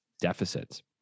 deficits